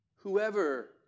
Whoever